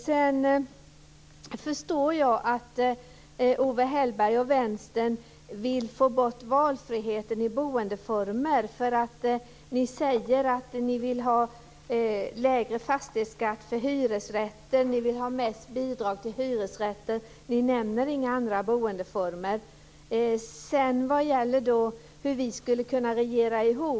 Jag förstår att Owe Hellberg och Vänstern vill få bort valfriheten av boendeformer. Ni säger nämligen att ni vill ha lägre fastighetsskatt för hyresrätter och mest bidrag till hyresrätter. Ni nämner inga andra boendeformer. Owe Hellberg undrar hur vi skulle kunna regera ihop.